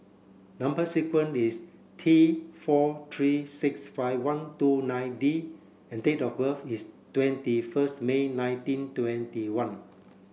number sequence is T four three six five one two nine D and date of birth is twenty first May nineteen twenty one